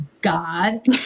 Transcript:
god